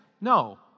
No